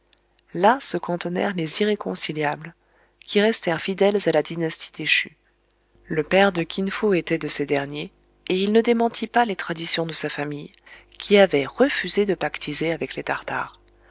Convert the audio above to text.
là se cantonnèrent des irréconciliables qui restèrent fidèles à la dynastie déchue le père de kin fo était de ces derniers et il ne démentit pas les traditions de sa famille qui avait refusé de pactiser avec les tartares